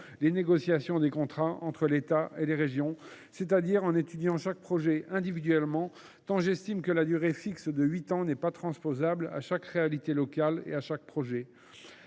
les négociations des contrats entre l’État et les régions – c’est à dire en étudiant chaque projet individuellement, tant j’estime que la durée fixe de huit ans n’est pas transposable à chaque réalité locale et à chaque projet.